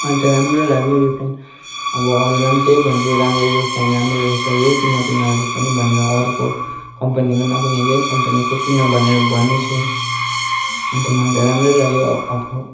अहिले त राम्रो लाग्यो यो फ्यान अब अरूलाई पनि त्यही भन्छु राम्रो यो फ्यान राम्रो रहेछ यही किन तिमीहरू पनि भनेर अरूको कम्पनीको नकिन यही कम्पनीको किन भनेर भन्नेछु अन्त मलाई त राम्रै लाग्यो अब